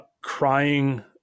crying